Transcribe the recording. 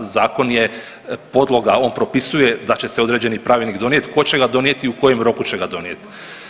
Zakon je podloga, on propisuje da će se određeni pravilnik donijeti, tko će ga donijeti i u kojem roku će ga donijeti.